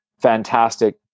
fantastic